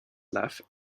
left